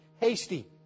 hasty